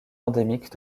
endémiques